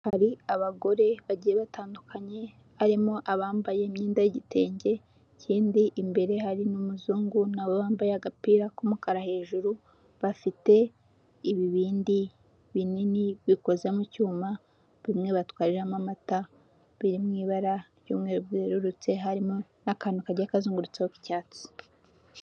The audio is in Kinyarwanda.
Hari abagore bagiye batandukanye barimo abambaye imyenda y'igitenge, ikindi imbere hari n'umuzungu nawe wambaye agapira k'umukara hejuru, bafite ibibindi binini bikoze mu cyuma bimwe batwariramo amata biri mu ibara ry'umweru werurutse, harimo n'akantu kagiye kazungurutseho k'icyatsi.